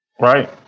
Right